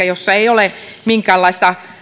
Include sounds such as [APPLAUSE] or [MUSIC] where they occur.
[UNINTELLIGIBLE] jossa ei ole minkäänlaista